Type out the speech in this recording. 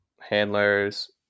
handlers